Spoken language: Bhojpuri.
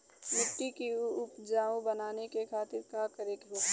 मिट्टी की उपजाऊ बनाने के खातिर का करके होखेला?